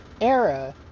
era